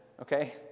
okay